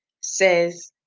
says